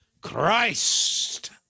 Christ